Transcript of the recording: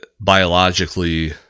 biologically